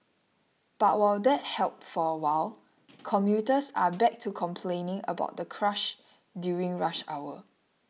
but while that helped for a while commuters are back to complaining about the crush during rush hour